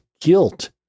guilt